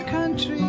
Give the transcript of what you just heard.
Country